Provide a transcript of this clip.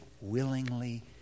willingly